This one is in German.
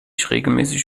regelmäßig